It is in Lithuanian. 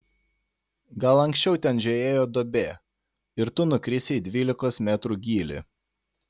gal anksčiau ten žiojėjo duobė ir tu nukrisi į dvylikos metrų gylį